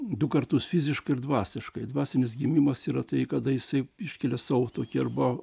du kartus fiziškai ir dvasiškai dvasinis gimimas yra tai kada jisai iškelia sau tokį arba